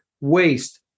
waste